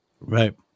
Right